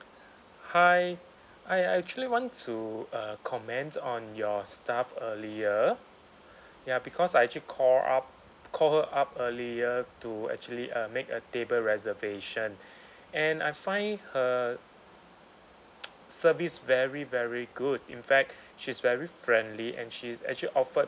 hi I I actually want to uh comment on your staff earlier ya because I actually call up call her up earlier to actually uh make a table reservation and I find her service very very good in fact she's very friendly and she's actually offered